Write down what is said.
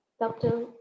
doctor